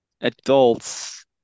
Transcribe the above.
Adults